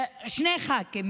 שני ח"כים,